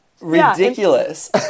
ridiculous